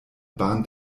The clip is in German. bahn